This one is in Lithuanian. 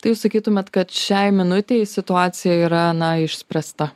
tai jūs sakytumėt kad šiai minutei situacija yra na išspręsta